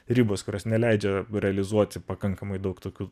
ribos kurios neleidžia realizuoti pakankamai daug tokių